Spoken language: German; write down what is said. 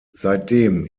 seitdem